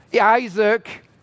Isaac